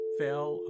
fell